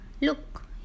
Look